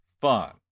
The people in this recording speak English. fun